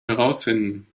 herausfinden